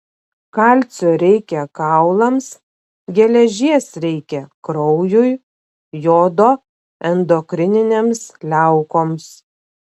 kalcio reikia kaulams geležies reikia kraujui jodo endokrininėms liaukoms